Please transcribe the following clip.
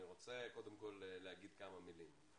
אני רוצה קודם כל להגיד כמה מילים.